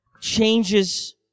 changes